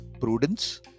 Prudence